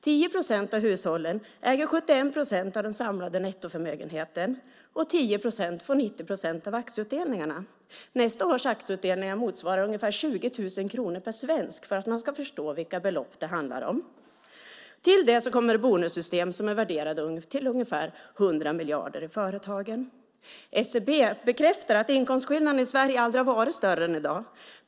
10 procent av hushållen äger 71 procent av den samlade nettoförmögenheten, och 10 procent får 90 procent av aktieutdelningarna. Nästa års aktieutdelningar motsvarar ungefär 20 000 kronor per svensk. Jag säger detta för att man ska förstå vilka belopp det handlar om. Till det kommer bonussystem som är värderade till ungefär 100 miljarder i företagen. SCB bekräftar att inkomstskillnaderna i Sverige aldrig har varit större än i dag.